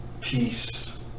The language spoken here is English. peace